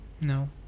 no